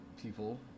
People